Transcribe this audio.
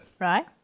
right